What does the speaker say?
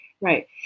right